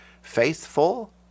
Faithful